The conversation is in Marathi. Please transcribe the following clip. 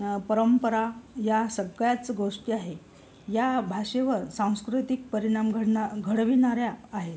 परंपरा या सगळ्याच गोष्टी आहे या भाषेवर सांस्कृतिक परिणाम घडण घडविणाऱ्या आहेत